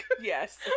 Yes